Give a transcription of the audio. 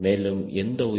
மேலும் எந்த உயரத்திலும்